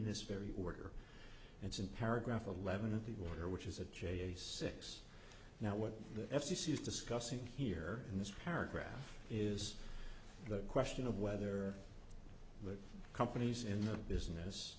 this very order and some paragraph eleven of the water which is a j a six now what the f c c is discussing here in this paragraph is the question of whether the companies in the business